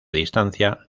distancia